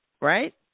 Right